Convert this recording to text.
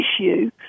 issue